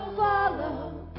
follow